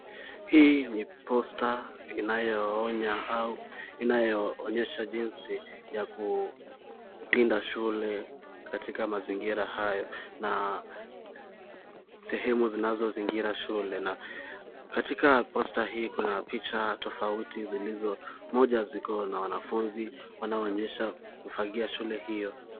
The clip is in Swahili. Hii ni posta inayoonya au inayoonyesha jinsi ya kulinda shule katika mazingira hayo na sehemu zinazozingira shule na katika posta hii kuna picha tofauti moja ziko na wanafunzi wanaoonyesha kufagia shule hiyo.